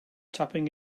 tapping